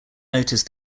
noticed